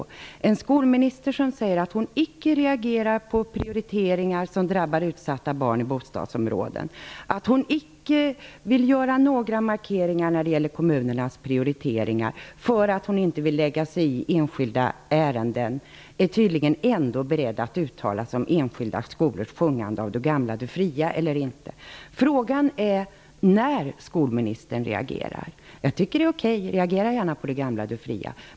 Den skolminister som säger att hon icke reagerar på prioriteringar som drabbar utsatta barn i olika bostadsområden och som icke vill göra några markeringar när det gäller kommunernas prioriteringar, därför att hon inte vill lägga sig i enskilda ärenden, är tydligen ändå beredd att uttala sig om huruvida man i enskilda skolor skall få sjunga ''Du gamla, Du fria'' eller inte. Frågan är i stället när skolministern reagerar. Jag tycker att det är okej att reagera på ''Du gamla, Du fria''.